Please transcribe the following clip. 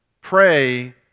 Pray